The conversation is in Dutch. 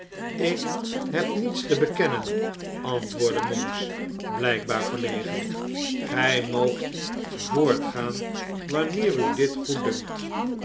ik heb niets te bekennen antwoordde monks blijkbaar verlegen gij moogt voortgaan wanneer u dit goeddunkt